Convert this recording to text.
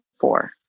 four